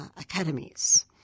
academies